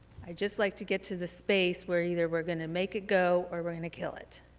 i'd just like to get to the space where either we're going to make it go or we're going to kill it.